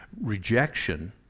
rejection